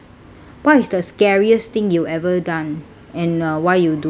what is the scariest thing you ever done and uh why you do it